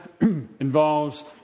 involves